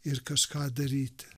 ir kažką daryti